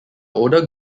older